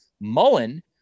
Mullen